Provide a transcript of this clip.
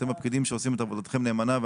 אתם הפקידים שעושים את עבודתכם נאמנה.